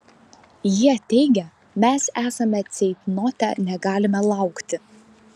jie teigia mes esame ceitnote negalime laukti